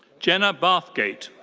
jenna bathgate.